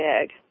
big